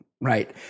Right